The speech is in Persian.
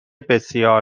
بسیار